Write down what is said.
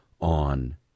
on